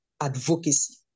Advocacy